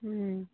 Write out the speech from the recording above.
ହୁଁ